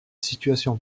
situation